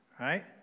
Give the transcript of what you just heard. right